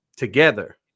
together